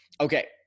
okay